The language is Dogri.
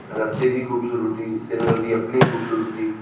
रस्ते दी खूबसूरती श्रीनगर दी अपनी खूबसूरती